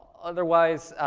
otherwise,